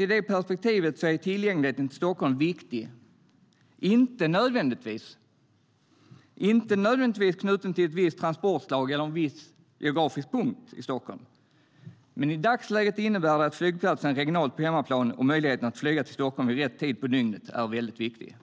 I det perspektivet är tillgängligheten till Stockholm viktig, inte nödvändigtvis knutet till ett visst transportslag eller en viss geografisk punkt i Stockholm. Men i dagsläget innebär det att flygplatsen regionalt på hemmaplan och möjligheterna att flyga till Stockholm vid rätt tid på dygnet är väldigt viktiga.